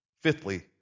Fifthly